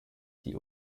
die